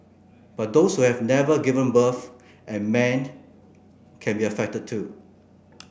but those who have never given birth and man can be affected too